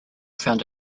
found